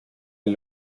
del